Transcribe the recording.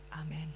Amen